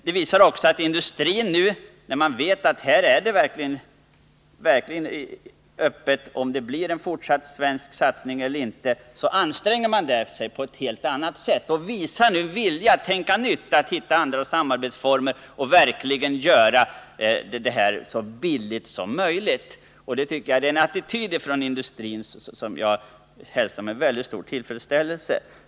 iftersom det är en öppen fråga om det blir en fortsatt svensk satsning, anstränger å industrin på ett helt annat sätt än den annars skulle göra. Nu visar industrin en vilja att tänka på nya metoder, fö öka hitta andra samarbetsformer och verkligen göra det hela så billigt som möjligt. Detta är en attityd från industrins sida som jag hälsar med mycket stor tillfredsställelse.